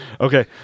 okay